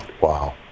Wow